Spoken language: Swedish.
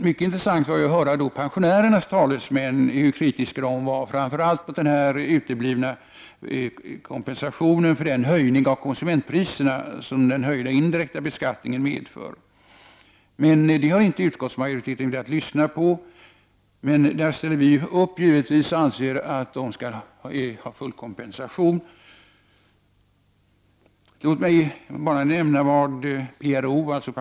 Mycket intressant var att höra hur kritiska pensionärernas talesmän var, framför allt mot den uteblivna kompensationen för den höjning av konsumentpriserna som den indirekta beskattningen medför. Detta har inte utskottsmajoriteten velat lyssna på. Vi ställer givetvis upp och anser att pensionärerna skall ha full kompensation.